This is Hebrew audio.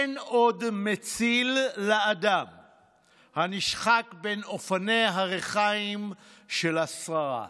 אין עוד מציל לאדם הנשחק בין אבני הריחיים של השררה".